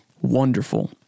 wonderful